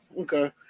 okay